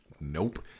nope